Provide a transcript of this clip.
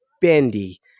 Bendy